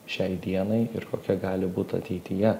šiai dienai ir kokia gali būt ateityje